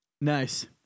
Nice